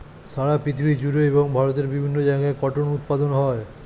সারা পৃথিবী জুড়ে এবং ভারতের বিভিন্ন জায়গায় কটন উৎপাদন হয়